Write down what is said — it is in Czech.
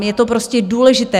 Je to prostě důležité.